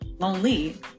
lonely